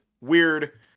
weird